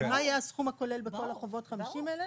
מה יהיה הסכום הכולל בכל החובות, 50,000?